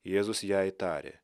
jėzus jai tarė